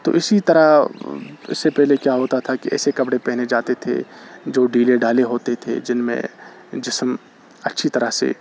تو اسی طرح اس سے پہلے کیا ہوتا تھا کہ ایسے کپڑے پہنے جاتے تھے جو ڈھیلے ڈھالے ہوتے تھے جن میں جسم اچھی طرح سے